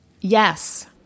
Yes